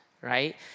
right